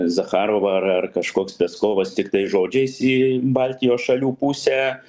zacharova ar ar kažkoks peskovas tiktai žodžiais į baltijos šalių pusę